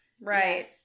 right